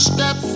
Step